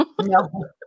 No